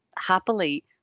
happily